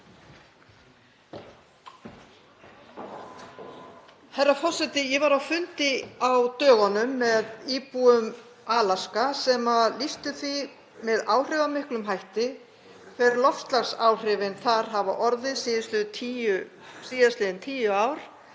Herra forseti. Ég var á fundi á dögunum með íbúum Alaska sem lýstu því með áhrifamiklum hætti hver loftslagsáhrifin þar hafa orðið síðastliðin tíu ár